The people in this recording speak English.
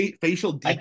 Facial